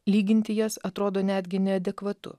lyginti jas atrodo netgi neadekvatu